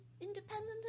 independent